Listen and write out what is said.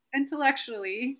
intellectually